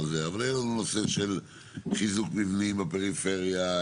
היה לנו נושא של חיזוק מבנים בפריפריה,